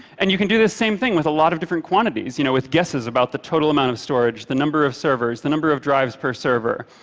and you can do this same thing with a lot of different quantities, you know, with guesses about the total amount of storage, the number of servers, the number of drives per server,